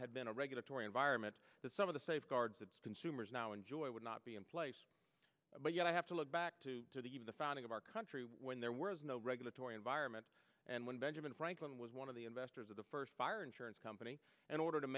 had been a regulatory environment that some of the safeguards that consumers now enjoy would not be in place but you have to look back to to the of the founding of our country when there were no regulatory environment and when benjamin franklin was one of the investors of the first fire insurance company and order to